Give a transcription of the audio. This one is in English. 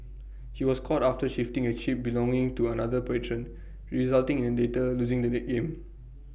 he was caught after shifting A chip belonging to another patron resulting in latter losing the that game